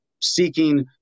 seeking